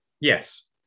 Yes